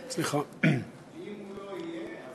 ואם הוא לא יהיה,